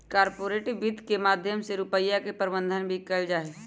corporate वित्त के माध्यम से रुपिया के प्रबन्धन भी कइल जाहई